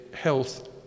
health